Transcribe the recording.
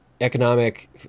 economic